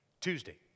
Tuesday